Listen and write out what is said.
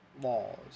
laws